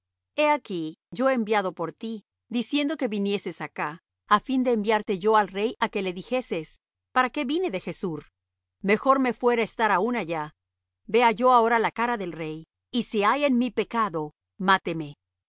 he aquí yo he enviado por ti diciendo que vinieses acá á fin de enviarte yo al rey á que le dijeses para qué vine de gessur mejor me fuera estar aún allá vea yo ahora la cara del rey y si hay en mí pecado máteme